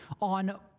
on